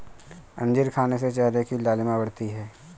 अंजीर खाने से चेहरे की लालिमा बढ़ती है